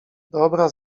dobra